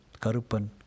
karupan